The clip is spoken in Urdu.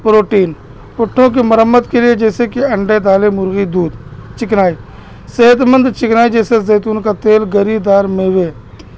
پروٹین پٹھوں کی مرمت کے لیے جیسے کہ انڈے دالے مرغی دودھ چکنائی صحت مند چکنائی جیسے زیتون کا تیل گری دار میوے